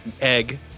Egg